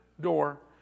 door